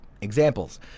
Examples